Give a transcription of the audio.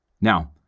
Now